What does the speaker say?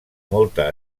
molta